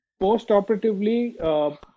post-operatively